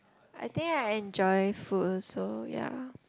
I think I enjoy food also ya